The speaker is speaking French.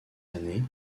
années